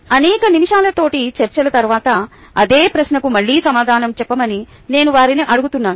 అనేక నిమిషాల తోటి చర్చల తరువాత అదే ప్రశ్నకు మళ్ళీ సమాధానం చెప్పమని నేను వారిని అడుగుతున్నాను